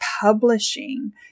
publishing